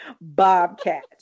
bobcat